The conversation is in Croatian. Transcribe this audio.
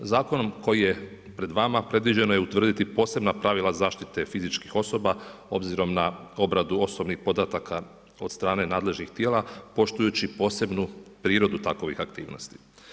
Zakonom koji je pred vama predviđeno je utvrditi posebna pravila zaštite fizičkih osoba obzirom na obradu osobnih podataka od strane nadležnih tijela, poštujući posebnu prirodu takvih aktivnosti.